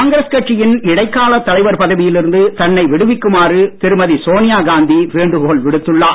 காங்கிரஸ் கட்சியின் இடைக்காலத் தலைவர் பதவியில் இருந்து தன்னை விடுவிக்குமாறு திருமதி சோனியாகாந்தி வேண்டுகோள் விடுத்துள்ளார்